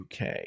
UK